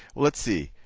let's see.